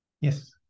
Yes